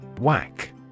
Whack